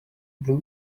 blue